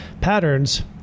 patterns